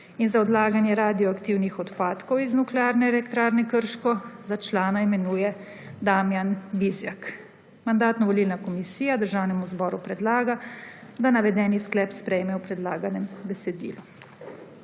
in za odlaganje radioaktivnih odpadkov iz Nuklearne elektrarne Krško za člana imenuje Damjan Bizjak. Mandatno-volilna komisija Državnemu zboru predlaga, da navedeni sklep sprejme v predlaganem besedilu.